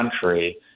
country